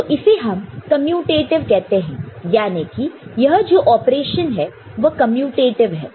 तो इसे हम कमयुटेटिव कहते हैं यानी कि यह जो ऑपरेशन है यह कमयुटेटिव है